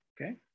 okay